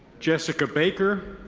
jessica baker.